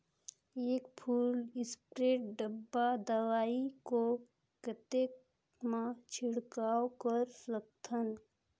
एक full spray डब्बा दवाई को कतेक म छिड़काव कर सकथन?